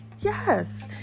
Yes